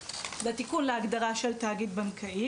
בתיקון להגדרה של תאגיד בנקאי